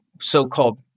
so-called